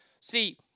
See